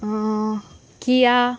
Kia